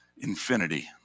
Infinity